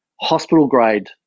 hospital-grade